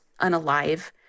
unalive